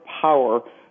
power